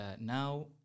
now